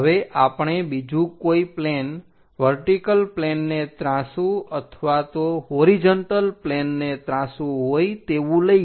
હવે આપણે બીજું કોઈ પ્લેન વર્ટિકલ પ્લેનને ત્રાંસુ અથવા તો હોરીજન્ટલ પ્લેનને ત્રાંસુ હોય તેવું લઈએ